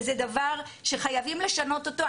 וזה דבר שחייבים לשנות אותו.